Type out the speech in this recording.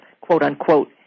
quote-unquote